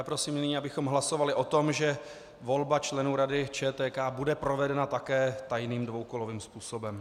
Prosím nyní, abychom hlasovali o tom, že volba členů Rady ČTK bude provedena také tajným dvoukolovým způsobem.